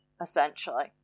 essentially